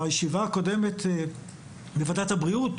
בכנס